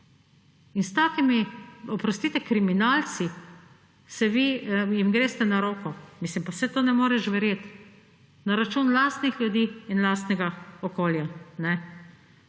In takim, oprostite, kriminalcem greste na roko. Mislim, pa saj to ne moreš verjeti. Na račun lastnih ljudi in lastnega okolja!